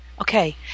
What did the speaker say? okay